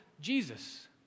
Jesus